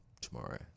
tomorrow